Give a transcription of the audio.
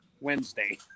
Wednesday